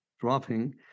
dropping